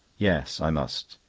yes, i must.